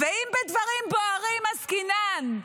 ואם בדברים בוערים עסקינן,